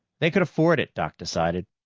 they could afford it, doc decided.